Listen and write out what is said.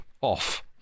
Off